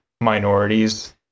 minorities